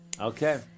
Okay